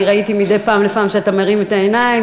אני ראיתי מדי פעם שאתה מרים את העיניים,